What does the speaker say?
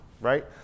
Right